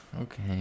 okay